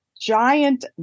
giant